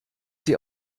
sie